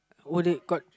got